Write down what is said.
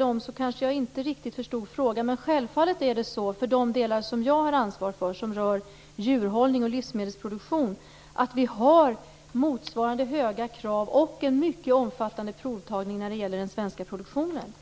Jag förstod kanske inte riktigt frågan, men självfallet är det vad gäller de delar som jag har ansvar för och som rör djurhållning och livsmedelsproduktion så, att vi ställer motsvarande höga krav på och har en mycket omfattande provtagning inom den svenska produktionen.